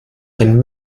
ein